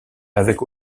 avec